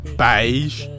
beige